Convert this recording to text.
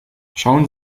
schauen